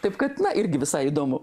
taip kad irgi visai įdomu